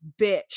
bitch